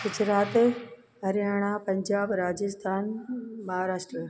Gujarat Haryana Punjab Rajasthan Maharashtra